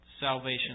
salvation